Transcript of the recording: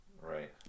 Right